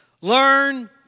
Learn